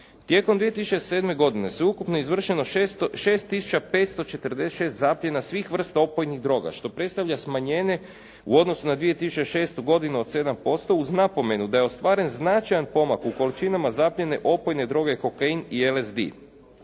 Tijekom 2007. godine sveukupno je izvršeno 6546 zapljena svih vrsta opojnih droga što predstavlja smanjenje u odnosu na 2006. godinu od 7% uz napomenu da je ostvaren značajan pomak u količinama zapljene opojne droge kokain i LSD.